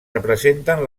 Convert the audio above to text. representen